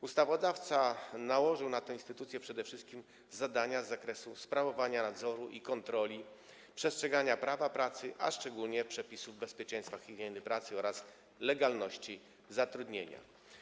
Ustawodawca nałożył na tę instytucję przede wszystkim zadania z zakresu sprawowania nadzoru i kontroli, przestrzegania prawa pracy, a szczególnie przepisów dotyczących bezpieczeństwa i higieny pracy oraz legalności zatrudnienia.